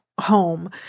home